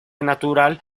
natural